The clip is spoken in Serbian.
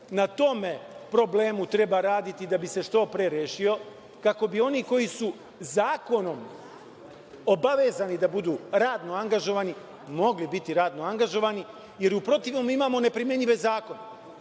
tom problemu treba raditi da bi se što pre rešio, kako bi oni koji su zakonom obavezani da budu radno angažovani mogli biti radno angažovani, jer u protivnom imamo neprimenjive zakone.